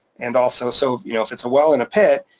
and also, so you know if it's a well in a pit,